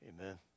amen